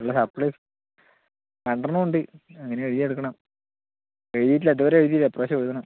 ഉള്ള സപ്പ്ളി രണ്ടെണ്ണം ഉണ്ട് എങ്ങനേയും എഴുതിയെടുക്കണം എഴുതിയിട്ടില്ല ഇതുവരേയും എഴുതിയില്ല ഇപ്പ്രാവശ്യം എഴുതണം